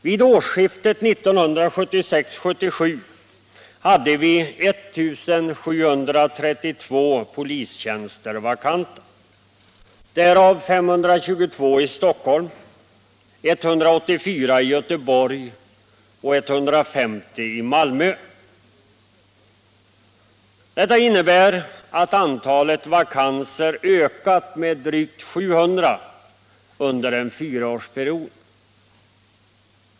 Vid årsskiftet 1976/77 hade vi 1 732 polistjänster vakanta, varav 522 i Stockholm, 184 i Göteborg och 150 i Malmö. Detta innebär att antalet vakanser ökat med drygt 700 under en fyraårsperiod.